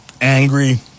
angry